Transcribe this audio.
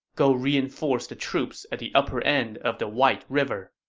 go reinforce the troops at the upper end of the white river.